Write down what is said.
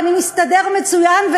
ואני מסתדר מצוין,